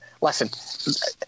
listen